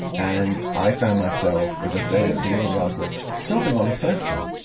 and i found myself, as i say at the beginning of the article sobbing on the sofa.